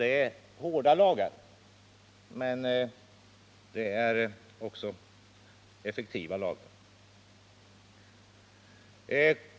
Det är hårda lagar, men det är också effektiva lagar.